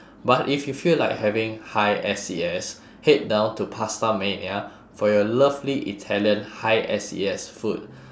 but if you feel like having high S_E_S head down to pastamania for your lovely italian high S_E_S food